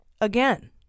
Again